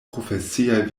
profesiaj